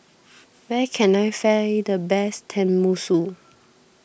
where can I find the best Tenmusu